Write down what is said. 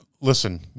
listen